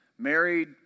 Married